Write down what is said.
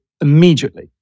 immediately